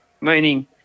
meaning